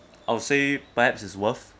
I'll say perhaps is worth